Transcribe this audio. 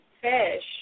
fish